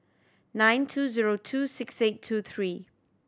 nine two zero two six eight two three